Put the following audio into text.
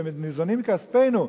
שניזונים מכספנו,